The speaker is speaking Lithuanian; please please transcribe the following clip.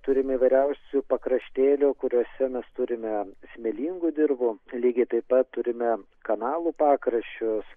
turime įvairiausių pakraštėlių kuriuose mes turime smėlingų dirvų lygiai taip pat turime kanalų pakraščius